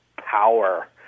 power